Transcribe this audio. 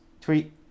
tweet